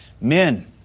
Men